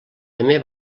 també